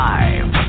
Live